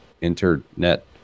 internet